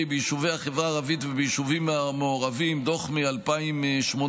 ביישובי החברה הערבית וביישובים מעורבים" דוח מ-2018,